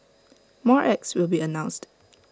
more acts will be announced